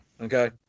Okay